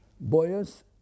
boys